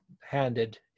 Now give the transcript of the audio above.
handed